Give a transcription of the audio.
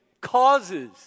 causes